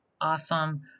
Awesome